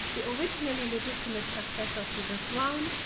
the originally legitimate successor to the throne,